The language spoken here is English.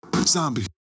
Zombie